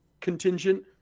contingent